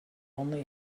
only